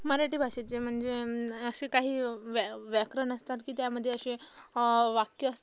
मराठी भाषेचे म्हणजे असे काही व्या व्याकरण असतात की त्यामध्ये असे वाक्य